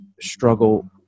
struggle